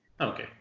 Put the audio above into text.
Okay